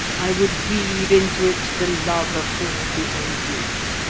i would weave into it the love of all the ages.